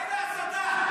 די להסתה.